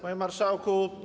Panie Marszałku!